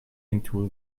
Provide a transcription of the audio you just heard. into